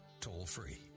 toll-free